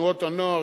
תנועות הנוער,